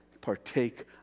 partake